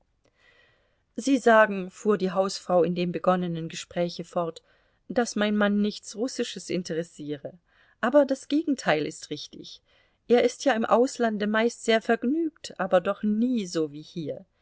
sie sagen fuhr die hausfrau in dem begonnenen gespräche fort daß meinen mann nichts russisches interessiere aber das gegenteil ist richtig er ist ja im auslande meist sehr vergnügt aber doch nie so wie hier